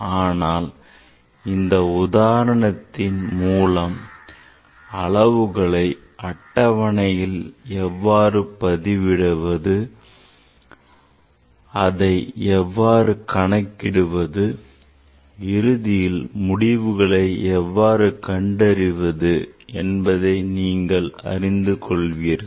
ஆனால் இந்த உதாரணத்தின் மூலம் அளவுகளை அட்டவணையில் எவ்வாறு பதிவிடுவது அதை எவ்வாறு கணக்கிடுவது இறுதியாக முடிவுகளை எவ்வாறு கண்டறிவது என்பதை நீங்கள் அறிந்து கொள்வீர்கள்